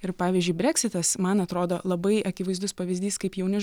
ir pavyzdžiui breksitas man atrodo labai akivaizdus pavyzdys kaip jauni